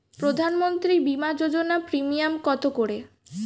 প্রধানমন্ত্রী বিমা যোজনা প্রিমিয়াম কত করে?